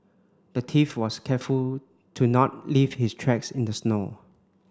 the thief was careful to not leave his tracks in the snow